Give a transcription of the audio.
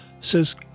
says